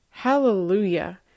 Hallelujah